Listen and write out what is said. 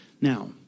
Now